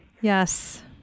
Yes